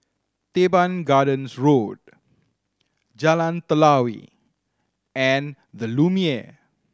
Teban Gardens Road Jalan Telawi and The Lumiere